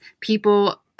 people –